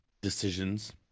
decisions